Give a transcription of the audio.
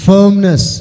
Firmness